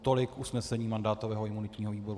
Tolik usnesení mandátového a imunitního výboru.